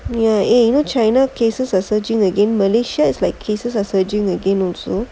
ya eh you know china cases a surging again malaysia is like cases are surging again also